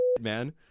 man